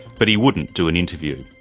but he wouldn't do an interview.